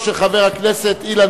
הרבה לפני שהממשלה חלמה להעביר אותו.